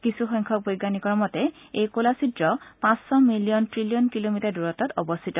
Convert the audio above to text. কিছুসংখ্যক বৈজ্ঞানিকৰ মতে এই কলা ছিদ্ৰ পাঁচশ মিলিয়ন ট্ৰিলিয়ন কিলোমিটাৰ দূৰতৃত অৱস্থিত